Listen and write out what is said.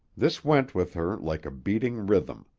this went with her like a beating rhythm.